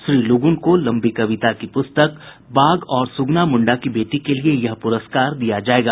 श्री लुगुन को लम्बी कविता की पुस्तक बाघ और सुगना मुंडा की बेटी के लिए यह पुरस्कार दिया जायेगा